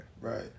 Right